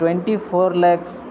twenty four lakhs